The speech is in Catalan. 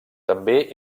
també